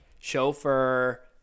chauffeur